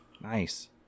Nice